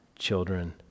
children